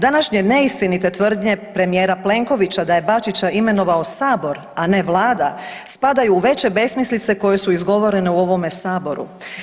Današnje neistinite tvrdnje premijera Plenkovića da je Bačića imenovao sabor, a ne Vlada spadaju u veće besmislice koje su izgovorene u ovome saboru.